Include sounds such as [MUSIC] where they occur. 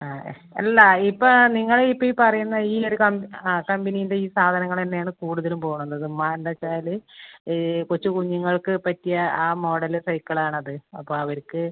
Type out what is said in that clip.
ആ അല്ല ഇപ്പം നിങ്ങൾ ഇപ്പം പറയുന്ന ഈ ഒര് ആ കമ്പനീൻ്റെ ഈ സാധങ്ങൾ തന്നെയാണ് കൂടുതലും പോകുന്നത് [UNINTELLIGIBLE] ഈ കൊച്ചു കുഞ്ഞുങ്ങൾക്ക് പറ്റിയ ആ മോഡല് സൈക്കിളാണത് അപ്പം അവർക്ക്